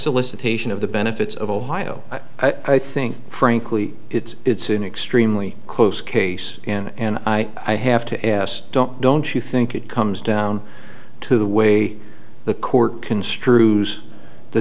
solicitation of the benefits of ohio i think frankly it's it's an extremely close case and i i have to ask don't don't you think it comes down to the way the court construes the